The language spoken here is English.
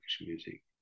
music